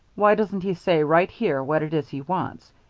why doesn't he say right here what it is he wants,